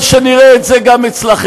תגיד, הגיע הזמן שנראה את זה גם אצלכם.